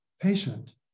patient